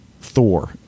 thor